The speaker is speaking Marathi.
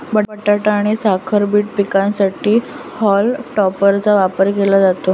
बटाटा आणि साखर बीट पिकांसाठी हॉल टॉपरचा वापर केला जातो